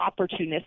opportunistic